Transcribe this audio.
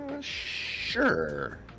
Sure